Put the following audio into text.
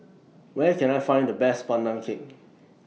Where Can I Find The Best Pandan Cake